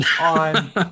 on